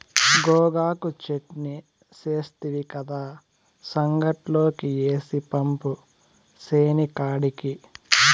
గోగాకు చెట్నీ సేస్తివి కదా, సంగట్లోకి ఏసి పంపు సేనికాడికి